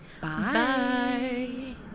Bye